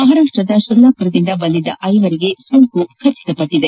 ಮಹಾರಾಷ್ಷದ ಸೊಲ್ಲಾಪುರದಿಂದ ಬಂದಿದ್ದ ಐವರಿಗೆ ಸೋಂಕು ಧೃಡಪಟ್ಟದೆ